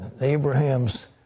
Abraham's